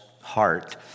heart